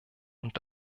und